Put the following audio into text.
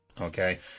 Okay